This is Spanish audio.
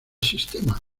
sistema